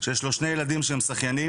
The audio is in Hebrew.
שיש לו שני ילדים שהם שחיינים,